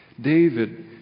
David